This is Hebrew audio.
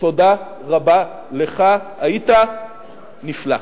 תודה רבה, היית נפלא.